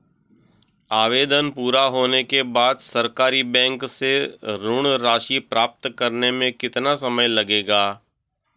आवेदन पूरा होने के बाद सरकारी बैंक से ऋण राशि प्राप्त करने में कितना समय लगेगा?